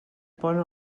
pont